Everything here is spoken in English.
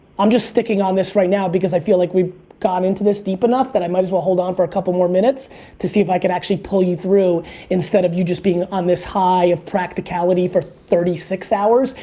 i'm just sticking on this right now because i feel like we've gone into this deep enough that i might as well hold on for a couple more minutes to see if i can actually pull you through instead of you just being on this high of practicality for thirty six hours,